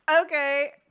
okay